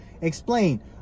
Explain